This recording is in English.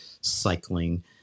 Cycling